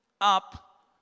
up